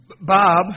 Bob